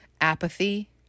apathy